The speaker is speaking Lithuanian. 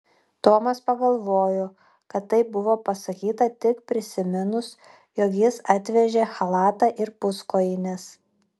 tomas pagalvojo kad taip buvo pasakyta tik prisiminus jog jis atvežė chalatą ir puskojines